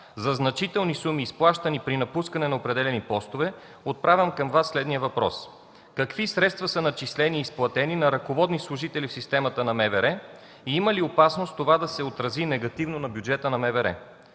за значителни суми, изплащани при напускане на определени постове, отправям към Вас следния въпрос: Какви средства са начислени и изплатени на ръководни служители в системата на МВР? Има ли опасност това да се отрази негативно на бюджета на МВР?